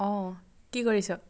অঁ কি কৰিছ